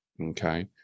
Okay